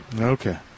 Okay